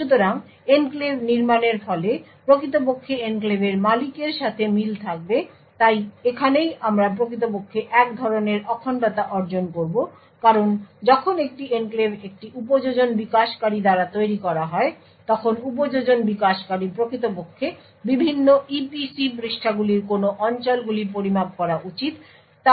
সুতরাংএনক্লেভ নির্মাণের ফলে প্রকৃতপক্ষে এনক্লেভের মালিকের সাথে মিল থাকবে তাই এখানেই আমরা প্রকৃতপক্ষে একধরণের অখণ্ডতা অর্জন করব কারণ যখন একটি এনক্লেভ একটি উপযোজন বিকাশকারী দ্বারা তৈরি করা হয় তখন উপযোজন বিকাশকারী প্রকৃতপক্ষে বিভিন্ন EPC পৃষ্ঠাগুলির কোন অঞ্চলগুলি পরিমাপ করা উচিত তা নির্দিষ্ট করতে পারে